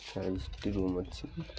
ଚାଳିଶଟି room ଅଛି